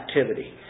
activity